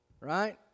right